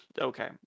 Okay